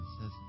says